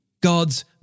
God's